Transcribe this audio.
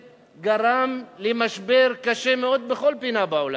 שגרם למשבר קשה מאוד בכל פינה בעולם,